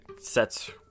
sets